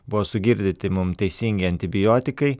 buvo sugirdyti mum teisingi antibiotikai